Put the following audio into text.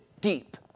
deep